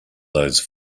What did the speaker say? those